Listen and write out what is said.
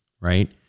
right